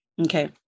Okay